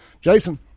Jason